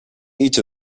each